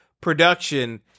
production